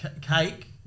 Cake